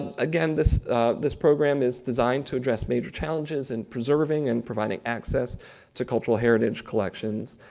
ah again, this this program is designed to address major challenges in preserving and providing access to cultural heritage collections.